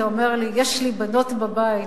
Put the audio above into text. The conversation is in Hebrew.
אתה אומר לי: יש לי בנות בבית,